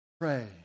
Pray